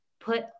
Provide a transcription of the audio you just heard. put